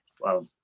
Wow